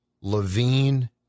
Levine